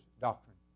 doctrine